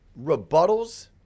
rebuttals